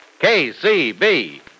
KCB